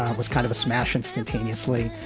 was kind of a smash instantaneously.